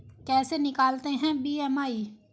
कैसे निकालते हैं बी.एम.आई?